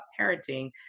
parenting